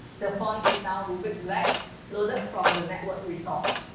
the font is now rubik black loaded from the network resource.